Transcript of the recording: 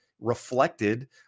reflected